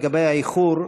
לגבי האיחור,